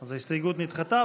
אז ההסתייגות נדחתה.